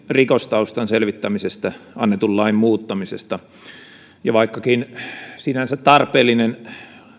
rikostaustan selvittämisestä annetun lain muuttamisesta vaikkakin tämä on sinänsä tarpeellinen